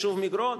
היישוב מגרון,